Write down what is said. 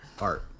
art